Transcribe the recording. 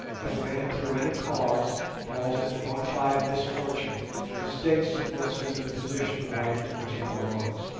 if a man through any cause falls into bona fide misfortune the state supports him in the position of life to which he belongs.